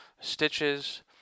stitches